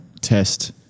test